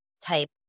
type